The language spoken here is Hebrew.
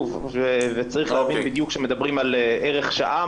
וצריך להבין בדיוק כשמדברים על ערך שעה,